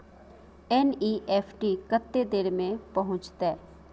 NEFT कत्ते देर में पहुंचतै?